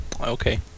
Okay